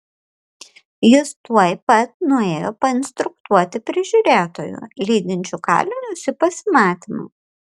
jis tuoj pat nuėjo painstruktuoti prižiūrėtojų lydinčių kalinius į pasimatymą